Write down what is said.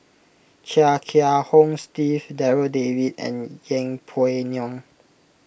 Chia Kiah Hong Steve Darryl David and Yeng Pway Ngon